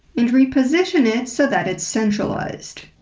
and reposition it so that it's centralized.